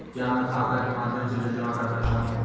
क्या मैं खाता के माध्यम से बिल जमा कर सकता हूँ?